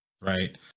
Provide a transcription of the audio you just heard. right